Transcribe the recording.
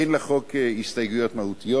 אין לחוק הסתייגויות מהותיות.